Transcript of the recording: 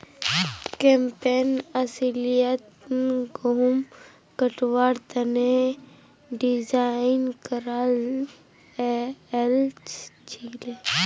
campaign अस्लियतत गहुम कटवार तने डिज़ाइन कराल गएल छीले